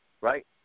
right